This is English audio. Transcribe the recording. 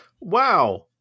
Wow